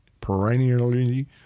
perennially